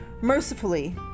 Mercifully